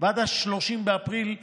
ועד 30 באפריל